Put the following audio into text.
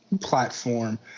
platform